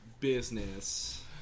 Business